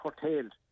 curtailed